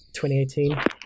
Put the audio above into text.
2018